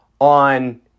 on